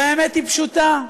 והאמת היא פשוטה: